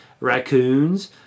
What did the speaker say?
raccoons